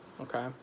okay